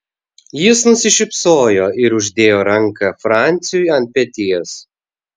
jis nusišypsojo ir uždėjo ranką franciui ant peties